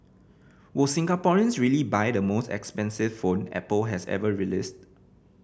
will Singaporeans really buy the most expensive phone Apple has ever released